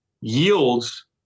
yields